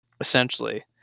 essentially